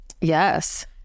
Yes